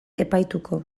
epaituko